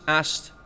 asked